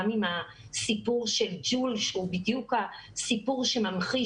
גם הסיפור של ---שהוא בדיוק הסיפור שממחיש,